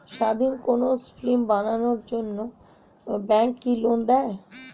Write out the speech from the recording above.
স্বাধীন কোনো ফিল্ম বানানোর জন্য ব্যাঙ্ক কি লোন দেয়?